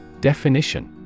Definition